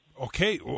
Okay